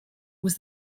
was